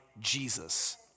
Jesus